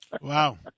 Wow